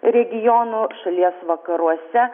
regionų šalies vakaruose